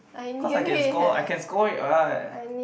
cause I can score I can score it [what]